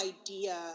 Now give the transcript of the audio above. idea